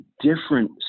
different